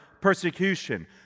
persecution